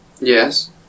Yes